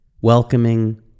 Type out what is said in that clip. welcoming